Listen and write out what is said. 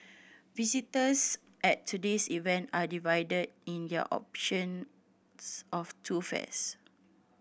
visitors at today's event are divided in their options of two fairs